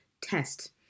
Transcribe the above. test